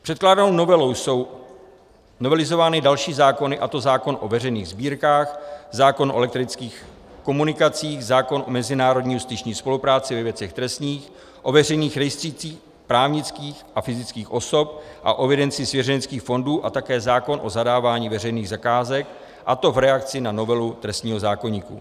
Předkládanou novelou jsou novelizovány další zákony, a to zákon o veřejných sbírkách, zákon o elektrických komunikacích, zákon o mezinárodní justiční spolupráci ve věcech trestních, o veřejných rejstřících právnických a fyzických osob a o evidenci svěřeneckých fondů a také zákon o zadávání veřejných zakázek, a to v reakci na novelu trestního zákoníku.